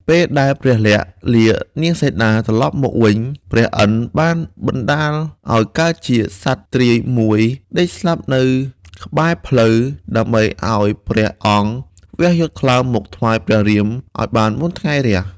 ពេលដែលព្រះលក្សណ៍លានាងសីតា ត្រឡប់មកវិញព្រះឥន្ទ្របានបណ្តាលឱ្យកើតជាសត្វទ្រាយមួយដេកស្លាប់នៅក្បែរផ្លូវ ដើម្បីឱ្យព្រះអង្គវះយកថ្លើមមកថ្វាយព្រះរាមឱ្យបានមុនថ្ងៃរះ។